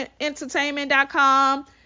entertainment.com